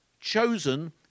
chosen